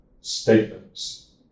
statements